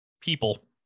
people